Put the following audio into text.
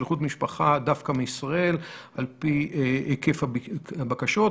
איחוד משפחה דווקא מישראל על פי היקף הבקשות,